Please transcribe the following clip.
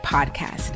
Podcast